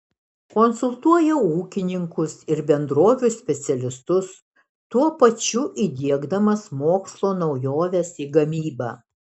konsultuoja ūkininkus ir bendrovių specialistus tuo pačiu įdiegdamas mokslo naujoves į gamybą